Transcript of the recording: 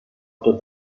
tots